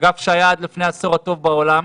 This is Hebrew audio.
אגף שהיה עד לפני עשור הטוב בעולם,